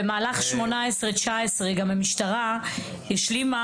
במהלך 2018-2019 גם המשטרה השלימה